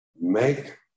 make